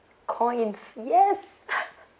coins yes